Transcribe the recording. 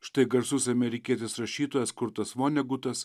štai garsus amerikietis rašytojas kurtas vonegutas